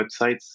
websites